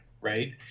right